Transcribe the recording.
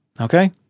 okay